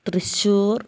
Thrissur